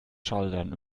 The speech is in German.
schaltern